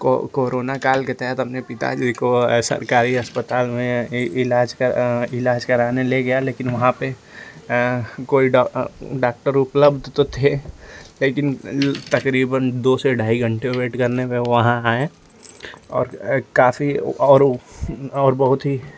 को कोरोना काल के तहत हमने पिताजी को सरकारी अस्पताल में इ इलाज कर इलाज कराने ले गया लेकिन वहाँ पर कोई ड डाक्टर उपलब्ध तो थे लेकिन तकरीबन दो से ढाई घंटे वेट करने पर वहाँ आएँ और काफ़ी और और बहुत ही